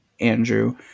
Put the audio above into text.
Andrew